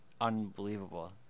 unbelievable